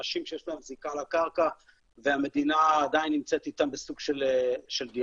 אנשים שיש להם זיקה לקרקע והמדינה עדיין נמצאת איתם בסוג של דיאלוג.